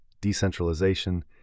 decentralization